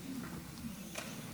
עם בשורות נוראיות מרצועת